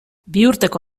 biurteko